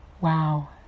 wow